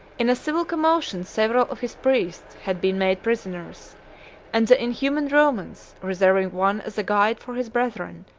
in a civil commotion, several of his priests had been made prisoners and the inhuman romans, reserving one as a guide for his brethren,